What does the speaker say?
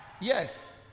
Yes